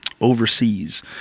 Overseas